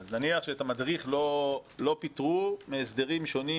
אז נניח שאת המדריך לא פיטרו מהסדרים שונים,